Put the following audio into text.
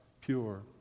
pure